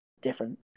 different